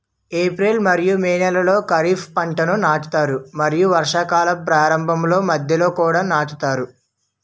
April మరియు May నెలలో ఖరీఫ్ పంటలను నాటుతారు మరియు వర్షాకాలం ప్రారంభంలో మధ్యలో కూడా నాటుతారు